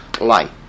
light